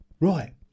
Right